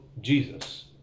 Jesus